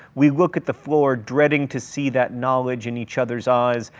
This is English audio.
we look at the floor dreading to see that knowledge in each other's eyes.